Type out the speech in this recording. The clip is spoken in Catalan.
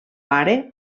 pare